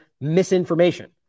misinformation